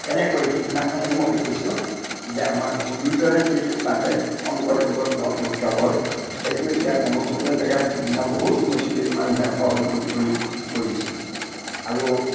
কেনেকৈ সিদিনাখনেই মই কৈছোঁ যে আমাৰ গুৰুজয়ন্তীটো পাতে শংকৰদেৱৰ জন্মেৎসৱৰ সেইটো এতিয়া কোনো কোনো জেগাত সিদিনা বহুত মুছলিম মানুহে সহযোগ কৰি কৰিছে আৰু